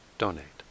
donate